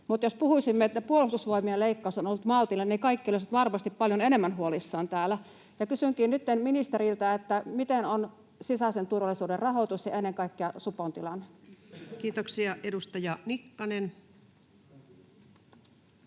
Mutta jos puhuisimme, että Puolustusvoimien leikkaus on ollut maltillinen, niin kaikki olisivat varmasti paljon enemmän huolissaan täällä. Kysynkin nytten ministeriltä: miten on sisäisen turvallisuuden rahoituksen ja ennen kaikkea supon tilanne? Kiitoksia. — Edustaja Nikkanen.